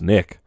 Nick